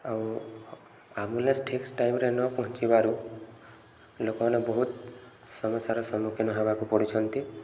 ଆଉ ଆମ୍ବୁଲାନ୍ସ ଠିକ୍ ଟାଇମ୍ରେ ନ ପହଞ୍ଚିବାରୁ ଲୋକମାନେ ବହୁତ ସମସ୍ୟାର ସମ୍ମୁଖୀନ ହେବାକୁ ପଡ଼ିଛନ୍ତି